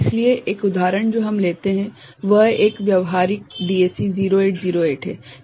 इसलिए एक उदाहरण जो हम लेते हैं वह एक व्यावहारिक DAC 0808 है